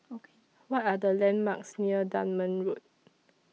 What Are The landmarks near Dunman Road